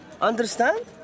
understand